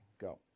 Go